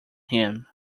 him